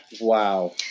Wow